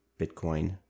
bitcoin